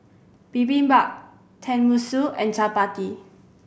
Bibimbap Tenmusu and Chapati